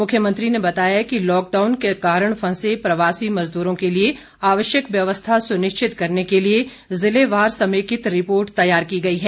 मुख्यमंत्री ने बताया कि लॉकडाउन के कारण फंसे प्रवासी मजदूरों के लिए आवश्यक व्यवस्था सुनिश्चित करने के लिए जिलेवार समेकित रिपोर्ट तैयार की गई है